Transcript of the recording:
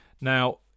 Now